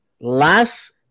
Last